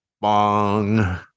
Bong